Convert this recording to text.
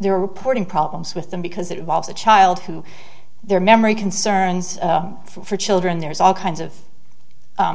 there reporting problems with them because it was a child who their memory concerns for children there's all kinds of